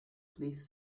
please